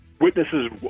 witnesses